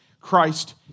Christ